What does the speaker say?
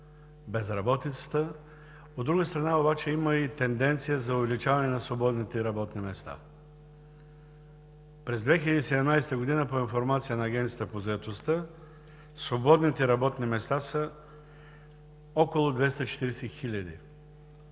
безработицата, от друга страна обаче, има и тенденция за увеличаване на свободните работни места. През 2017 г. по информация на Агенцията по заетостта свободните работни места са около 240 хиляди,